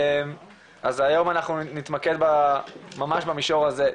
אז היום אנחנו נתמקד ממש במישור הזה.